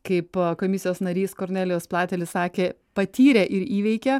kaip komisijos narys kornelijus platelis sakė patyrė ir įveikė